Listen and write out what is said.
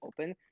open